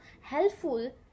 helpful